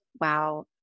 wow